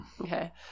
Okay